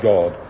God